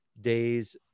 days